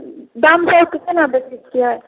आम कोना बेचै छियै